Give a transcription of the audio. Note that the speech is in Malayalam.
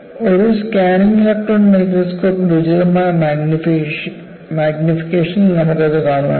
ഒരു സ്കാനിംഗ് ഇലക്ട്രോൺ മൈക്രോസ്കോപ്പിൽ ഉചിതമായ മാഗ്നിഫിക്കേഷനിൽ നമുക്ക് അത് കാണാൻ കഴിയും